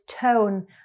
tone